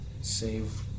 Save